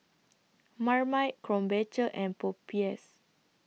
Marmite Krombacher and Popeyes